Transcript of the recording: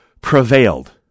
prevailed